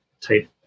type